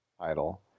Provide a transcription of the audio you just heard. title